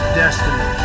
destiny